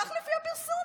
כך לפי הפרסום,